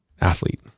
athlete